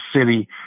city